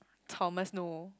Thomas no